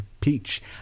peach